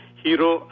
hero